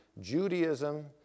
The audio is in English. Judaism